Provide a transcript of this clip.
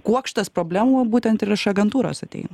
kuokštas problemų būtent ir iš agentūros ateina